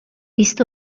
یست